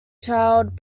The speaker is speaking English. child